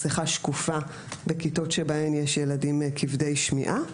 ולגבי מסיכה שקופה בכיתות שבהן יש ילדים כבדי שמיעה.